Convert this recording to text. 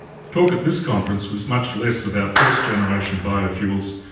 talk at this conference was much less about first generation biofuels,